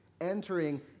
entering